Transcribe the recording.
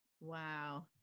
Wow